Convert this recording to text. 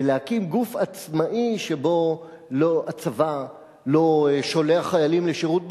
ולהקים גוף עצמאי שבו הצבא לא שולח לשירות בכנסת,